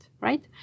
right